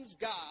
God